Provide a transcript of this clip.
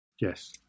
Yes